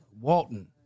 Walton